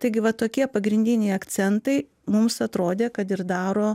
taigi va tokie pagrindiniai akcentai mums atrodė kad ir daro